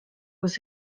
was